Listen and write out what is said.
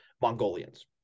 mongolians